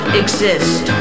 exist